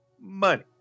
money